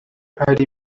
hari